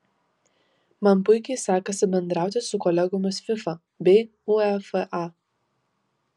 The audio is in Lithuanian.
man puikiai sekasi bendrauti su kolegomis fifa bei uefa